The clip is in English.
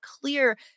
clear